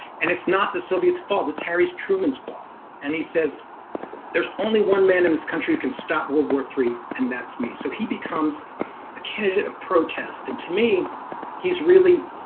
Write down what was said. and it's not the soviet's fault. it's harry's truman's fault and he says there's only one man in this country who can stop world war three, and that's me so he becomes a candidate of protest and to me he's really